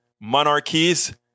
Monarchies